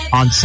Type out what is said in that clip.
on